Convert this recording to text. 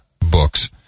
books